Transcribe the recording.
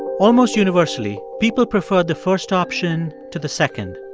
almost universally, people preferred the first option to the second.